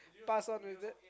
pass on is it